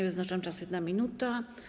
Wyznaczam czas - 1 minuta.